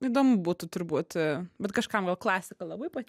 įdomu būtų turbūt bet kažkam gal klasika labai pa